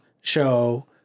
show